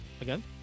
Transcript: again